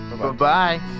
Bye-bye